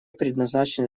предназначены